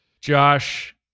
Josh